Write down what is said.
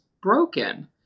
broken